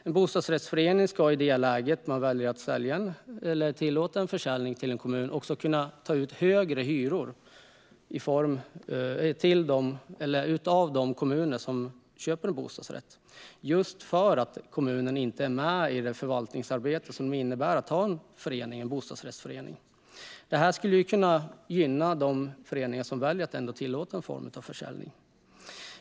En bostadsrättsförening som väljer att tillåta försäljning av en bostadsrätt till en kommun ska också kunna ta ut högre hyror av kommunen, eftersom kommunen inte är med i det förvaltningsarbete som det innebär att ha en bostadsrättsförening. Det här skulle kunna gynna de föreningar som väljer att ändå tillåta någon form av försäljning.